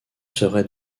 serait